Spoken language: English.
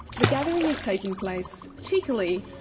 the gathering is taking place. cheekily.